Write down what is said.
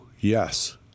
Yes